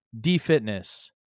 DFitness